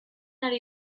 ari